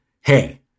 hey